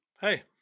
Hey